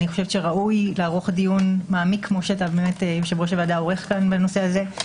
ראוי לערוך דיון מעמיק כפי שיושב-ראש הוועדה עורך פה בנושא הזה.